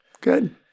Good